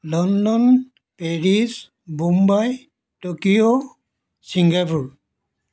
London Paris Mumbai Tokyo Singapore